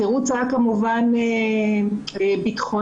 התירוץ היה כמובן ביטחוני.